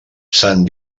sant